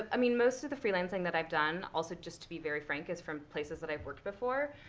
i mean, most of the freelancing that i've done, also, just to be very frank, is from places that i've worked before,